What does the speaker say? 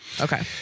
Okay